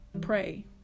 Pray